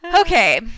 Okay